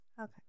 okay